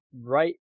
right